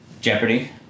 Jeopardy